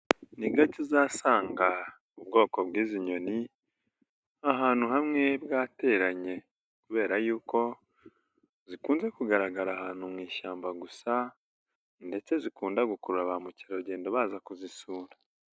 Ni gake uzasanga ubwoko bw'izi nyoni, ahantu hamwe bwateranye kubera yuko zikunze kugaragara ahantu mu ishyamba gusa ndetse zikunda gukurura ba mukerarugendo baza kuzisura.